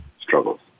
struggles